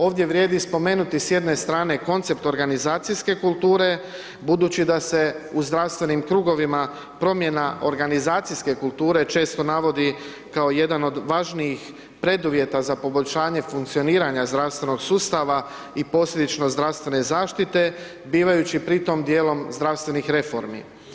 Ovdje vrijedi spomenuti s jedne strane koncept organizacijske kulture budući da se u zdravstvenim krugovima promjena organizacijske kulture često navodi kao jedan od važnijih preduvjeta za poboljšanje funkcioniranja zdravstvenog sustava i posljedično zdravstvene zaštite bivajući pri tom dijelom zdravstvenih reformi.